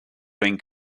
been